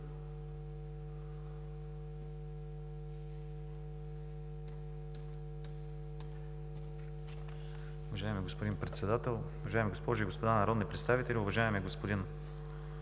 Уважаеми господин Председател, уважаеми госпожи и господа народни представители! Уважаема госпожо